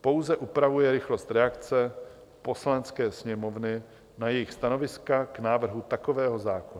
Pouze upravuje rychlost reakce Poslanecké sněmovny na jejich stanoviska k návrhu takového zákona.